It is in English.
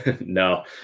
no